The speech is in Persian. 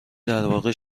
درواقع